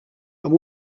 amb